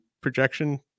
projection